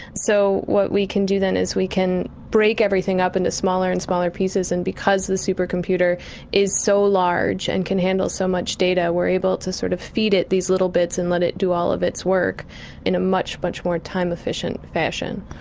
so what we can do then is we can break everything up into smaller and smaller pieces. and because the supercomputer is so large and can handle so much data, we are able to sort of feed it these little bits and let it do all of its work in a much, much more time efficient fashion.